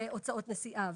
הוצאות נסיעה,